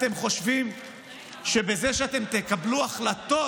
אתם חושבים שבזה שאתם תקבלו החלטות